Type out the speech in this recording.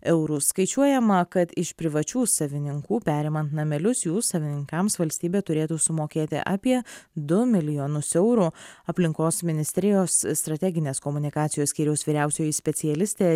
eurų skaičiuojama kad iš privačių savininkų periman namelius jų savininkams valstybė turėtų sumokėti apie du milijonus eurų aplinkos ministerijos strateginės komunikacijos skyriaus vyriausioji specialistė